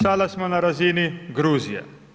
Sada smo na razini Gruzije.